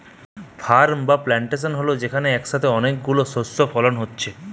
farm বা plantation হল যেখানে একসাথে অনেক গুলো শস্য ফলন হচ্ছে